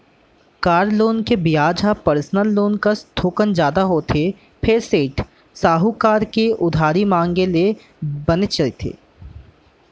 car loan के बियाज ह पर्सनल लोन कस थोकन जादा होथे फेर सेठ, साहूकार ले उधारी मांगे ले बनेच रथे